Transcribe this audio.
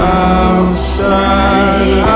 outside